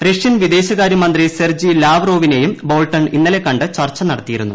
Russian വിദേശകാരൃമന്ത്രി Sergei ലാവ്റോവിനെയും Bolton ഇന്നലെ കണ്ട് ചർച്ച നടത്തിയിരുന്നു